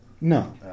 No